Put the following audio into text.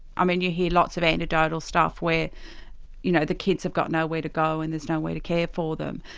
i mean you hear lots of anecdotal stuff where you know the kids have got nowhere to go and there's no-one to care for them.